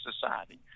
society